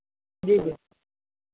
जी जी